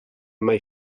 mai